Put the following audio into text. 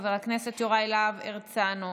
חבר הכנסת יוראי להב הרצנו,